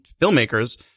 filmmakers